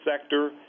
sector